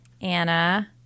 Anna